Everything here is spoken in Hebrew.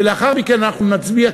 ולאחר מכן אנחנו נצביע,